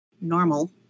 normal